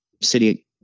city